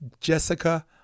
Jessica